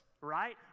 right